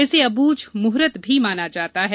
इसे अब्रझ मुहूर्त भी माना जाता है